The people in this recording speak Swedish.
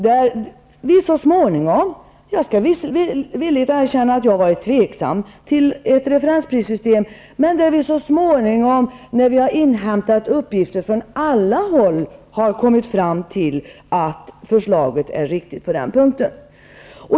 Jag skall villigt erkänna att vi har varit tveksamma till ett referensprissystem. Men så småningom, när vi inhämtat uppgifter från alla håll, har vi kommit fram till att förslaget är riktigt på den punkten.